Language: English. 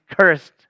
cursed